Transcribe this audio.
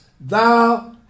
Thou